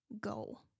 go